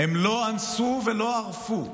הם לא אנסו ולא ערפו.